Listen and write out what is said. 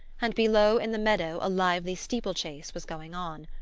and below, in the meadow, a lively steeple-chase was going on.